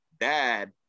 dad